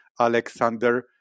Alexander